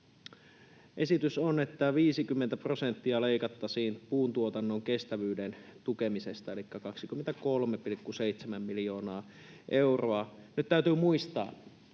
esitys, että 50 prosenttia leikattaisiin puuntuotannon kestävyyden tukemisesta, elikkä 23,7 miljoonaa euroa. Nyt täytyy muistaa,